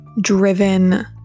driven